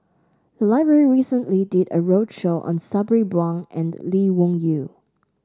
the library recently did a roadshow on Sabri Buang and Lee Wung Yew